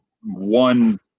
one